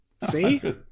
See